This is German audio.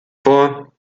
vor